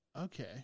Okay